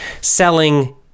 selling